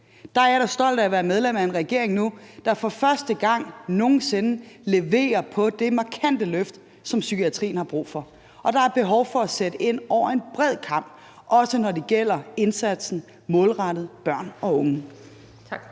Der er jeg da stolt af nu at være medlem af en regering, der for første gang nogen sinde leverer i forhold til det markante løft, som psykiatrien har brug for. Og der er behov for at sætte ind over en bred kam, også når det gælder indsatsen målrettet børn og unge. Kl.